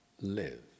live